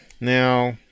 now